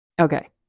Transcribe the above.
Okay